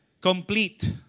Complete